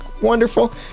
wonderful